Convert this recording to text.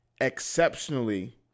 exceptionally